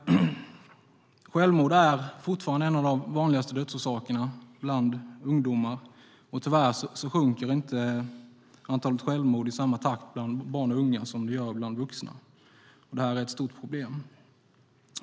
Självmord är fortfarande en av de vanligaste dödsorsakerna bland ungdomar, och tyvärr sjunker inte antalet självmord i samma takt bland barn och unga som det gör bland vuxna. Det här är ett stort problem.